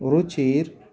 रुची